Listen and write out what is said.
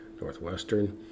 Northwestern